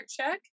check